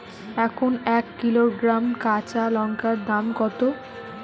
এখন এক কিলোগ্রাম কাঁচা লঙ্কার দাম কত?